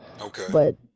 Okay